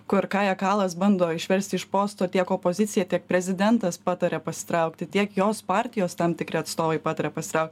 kur kają kalas bando išversti iš posto tiek opozicija tiek prezidentas patarė pasitraukti tiek jos partijos tam tikri atstovai patarė pasitraukt